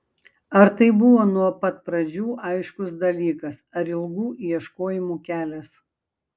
ar tai buvo nuo pat pradžių aiškus dalykas ar ilgų ieškojimų kelias